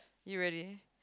you ready